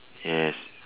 yes